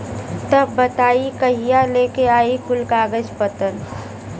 तब बताई कहिया लेके आई कुल कागज पतर?